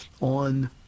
on